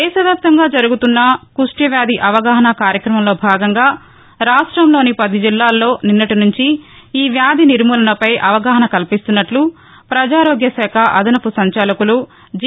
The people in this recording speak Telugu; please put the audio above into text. దేశ వ్యాప్తంగా జరుగుతున్న కుష్ట వ్యాధి అవగాహనా కార్యక్రమంలో భాగంగా రాష్టంలోని పది జిల్లాల్లో నిన్నటి నుంచి ఈ వ్యాధి నిర్మాలనపై అవగాహన కల్పిస్తున్నట్ల ప్రజారోగ్య శాఖ అదనపు సంచాలకులు జి